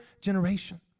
generation